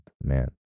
Man